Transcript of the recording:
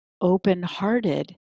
open-hearted